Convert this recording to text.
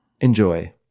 Enjoy